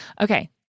Okay